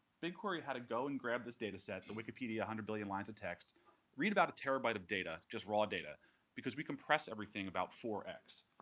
bigquery how to go and grab this data set the wikipedia, one hundred billion lines of text read about a terabyte of data just raw data because we compress everything about four x.